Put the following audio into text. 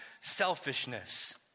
selfishness